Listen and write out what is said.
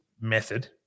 method